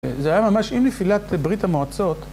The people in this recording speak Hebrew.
זה היה ממש עם נפילת ברית המועצות.